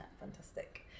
Fantastic